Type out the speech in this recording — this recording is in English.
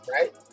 right